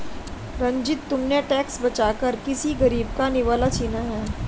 रंजित, तुमने टैक्स बचाकर किसी गरीब का निवाला छीना है